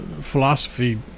philosophy